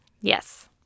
yes